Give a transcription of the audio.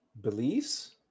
Beliefs